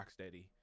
Rocksteady